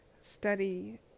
study